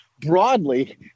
broadly